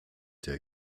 der